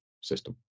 system